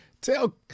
Tell